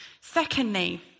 Secondly